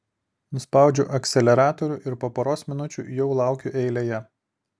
nuspaudžiu akceleratorių ir po poros minučių jau laukiu eilėje